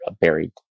buried